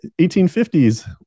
1850s